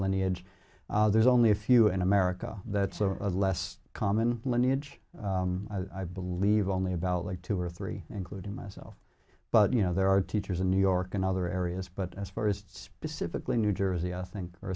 lineage there's only a few in america that's a less common lineage i believe only about like two or three including myself but you know there are teachers in new york and other areas but as far as specifically new jersey i think